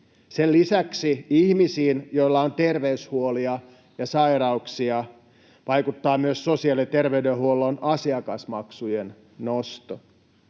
Sen lisäksi ihmisiin, joilla on terveyshuolia ja sairauksia, vaikuttaa myös sosiaali- ja terveydenhuollon asiakasmaksujen nosto.